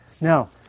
Now